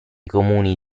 comuni